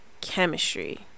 chemistry